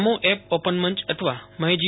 નમો app open મંચ અથવા માઇ જી